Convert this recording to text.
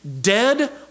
dead